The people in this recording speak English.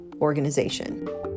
organization